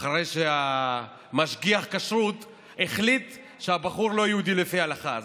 אחרי שמשגיח הכשרות החליט שהבחור לא יהודי לפי ההלכה.